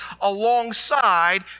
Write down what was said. alongside